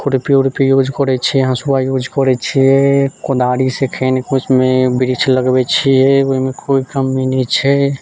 खुरपी उरपी यूज करै छियै हँसुआ यूज करै छियै कोदारीसँ खुनिके उसमे वृक्ष लगबै छियै ओइमे कोइ कमी नहि छै